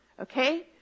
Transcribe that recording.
Okay